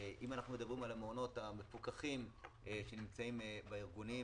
אם אנחנו מדברים על המעונות המפוקחים שנמצאים בארגונים,